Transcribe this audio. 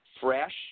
fresh